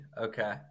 Okay